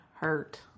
hurt